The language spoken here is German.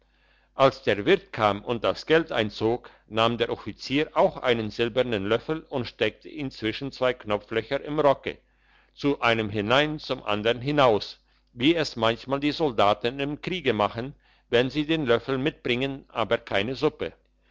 als der wirt kam und das geld einzog nahm der offizier auch einen silbernen löffel und steckte ihn zwischen zwei knopflöcher im rocke zu einem hinein zum andern hinaus wie es manchmal die soldaten im kriege machen wenn sie den löffel mitbringen aber keine suppe